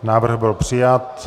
Návrh byl přijat.